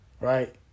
Right